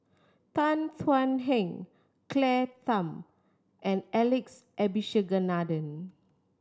Tan Thuan Heng Claire Tham and Alex Abisheganaden